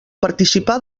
participar